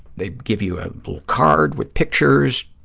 they give you a card with pictures,